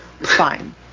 Fine